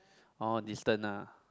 orh distance lah